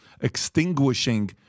extinguishing